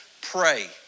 pray